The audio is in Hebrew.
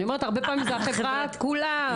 הרבה פעמים זה החברה כולה.